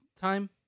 time